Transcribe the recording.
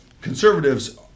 conservatives